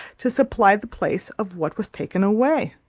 to supply the place of what was taken away.